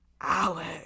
Alex